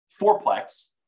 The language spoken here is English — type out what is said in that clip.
fourplex